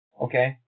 okay